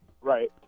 Right